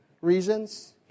reasons